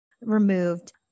removed